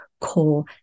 core